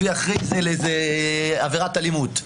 הביא אחרי זה לעבירת אלימות.